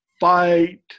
Fight